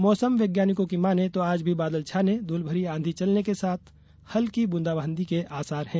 मौसम वैज्ञानिकों की मानें तो आज भी बादल छाने धूलभरी आंधी चलने के साथ साथ हल्की ब्रंदाबांदी के आसार हैं